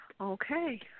Okay